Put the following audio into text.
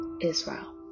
Israel